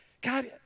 God